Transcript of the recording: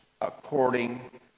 according